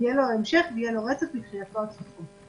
שיהיה לו המשך ויהיה לו רצף מתחילתו עד סופו.